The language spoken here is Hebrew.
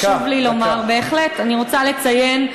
אני רוצה לציין,